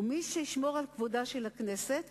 מי שישמור על כבודה של הכנסת,